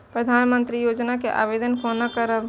प्रधानमंत्री योजना के आवेदन कोना करब?